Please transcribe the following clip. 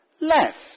left